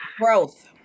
growth